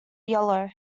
yellow